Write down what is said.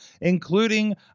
including